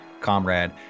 comrade